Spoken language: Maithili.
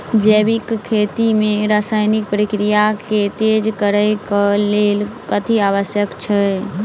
जैविक खेती मे रासायनिक प्रक्रिया केँ तेज करै केँ कऽ लेल कथी आवश्यक छै?